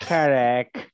Correct